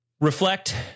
reflect